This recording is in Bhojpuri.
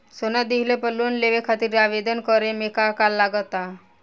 सोना दिहले पर लोन लेवे खातिर आवेदन करे म का का लगा तऽ?